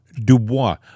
Dubois